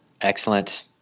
excellent